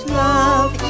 love